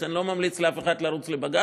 לכן אני לא ממליץ לאף אחד לרוץ לבג"ץ,